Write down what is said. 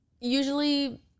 usually